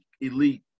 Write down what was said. elite